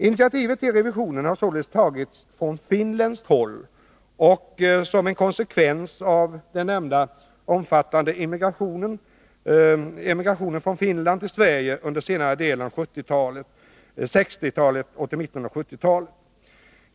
Initiativet till revisionen har således tagits från finländskt håll och som en konsekvens av den nämnda omfattande emigrationen från Finland till Sverige under senare delen av 1960-talet till mitten av 1970-talet.